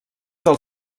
del